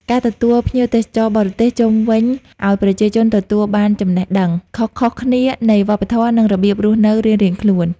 ការទទួលភ្ញៀវទេសចរបរទេសជំរុញឲ្យប្រជាជនទទួលបានចំណរះដឹងខុសៗគ្នានៃវប្បធម៌ និងរបៀបរស់នៅរៀងៗខ្លួន។